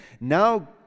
Now